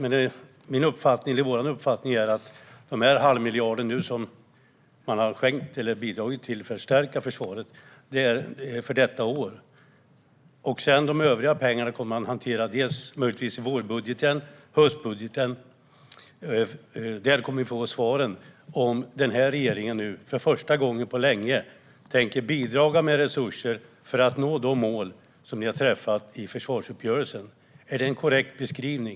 Min uppfattning, eller vår uppfattning, är att den halva miljard som man har bidragit med för att förstärka försvaret är för detta år. De övriga pengarna kommer man att hantera möjligtvis i vårbudgeten och i höstbudgeten. Där kommer vi att få svaren om regeringen nu för första gången på länge tänker bidra med resurser för att nå de mål som ni har satt i försvarsuppgörelsen. Är det en korrekt beskrivning?